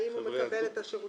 האם הוא מקבל את השירותים,